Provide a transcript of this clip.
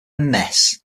mess